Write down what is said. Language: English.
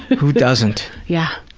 who doesn't? yeah.